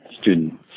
student